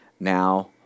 Now